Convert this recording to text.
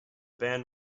band